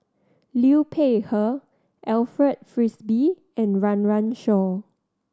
Liu Peihe Alfred Frisby and Run Run Shaw